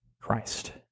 Christ